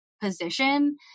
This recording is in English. position